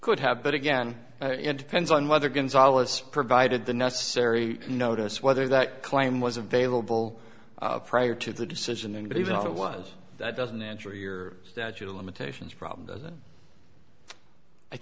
could have but again it depends on whether gonzales provided the necessary notice whether that claim was available prior to the decision and but even if it was that doesn't answer your statute of limitations problem doesn't i